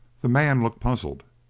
the man looked puzzled.